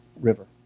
river